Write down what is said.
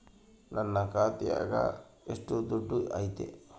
ನನ್ನ ಖಾತ್ಯಾಗ ಎಷ್ಟು ದುಡ್ಡು ಐತಿ?